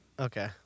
okay